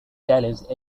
challenged